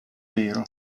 nero